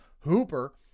hooper